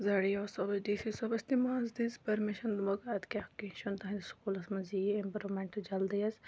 زٮ۪ڈ E O صوبَس D C صوبَس تِمو حظ دِژ پٔرمِشَن دوٚپکھ اَدٕ کیٛاہ کیٚںٛہہ چھُنہٕ تٕہٕنٛدِس سُکوٗلَس منٛز یی اِمپرٛوٗمٮ۪نٛٹ جلدی حظ